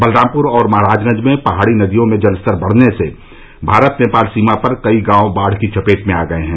बलरामपुर और महराजगंज में पहाड़ी नदियों में जलस्तर बढ़ने से भारत नेपाल सीमा पर कई गांव बाढ़ की चपेट में आ गए हैं